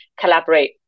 collaborate